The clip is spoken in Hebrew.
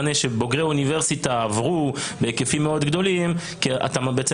שבוגרי אוניברסיטה עברו בהיקפים מאוד גדולים אתה בעצם